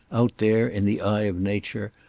out there in the eye of nature,